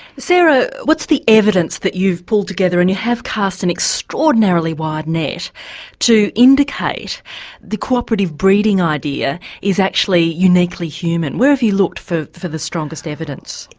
sarah, what's the evidence that you've pulled together and you have cast an extraordinarily wide net to indicate the cooperative breeding idea is actually uniquely human? where have you looked for for the strongest evidence?